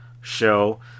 show